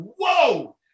whoa